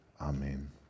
Amen